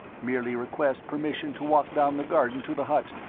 merely request permission to walk down the garden to the hut,